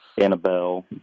Annabelle